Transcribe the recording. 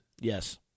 Yes